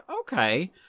okay